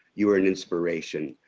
you are an inspiration.